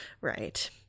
right